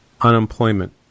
unemployment